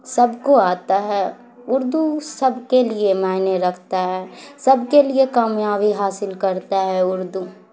سب کو آتا ہے اردو سب کے لیے معنے رکھتا ہے سب کے لیے کامیابی حاصل کرتا ہے اردو